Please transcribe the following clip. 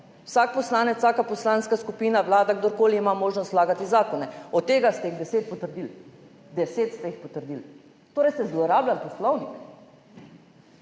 Vsak poslanec, vsaka poslanska skupina, vlada, kdorkoli ima možnost vlagati zakone. Od tega ste jih 10 potrdili. 10 ste jih potrdili, torej ste zlorabljali poslovnik.